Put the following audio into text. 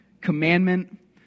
commandment